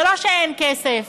זה לא שאין כסף.